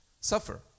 suffer